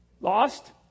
Lost